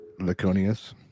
Laconius